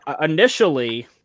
initially